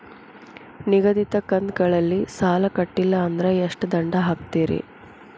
ನಿಗದಿತ ಕಂತ್ ಗಳಲ್ಲಿ ಸಾಲ ಕಟ್ಲಿಲ್ಲ ಅಂದ್ರ ಎಷ್ಟ ದಂಡ ಹಾಕ್ತೇರಿ?